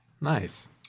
Nice